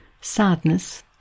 sadness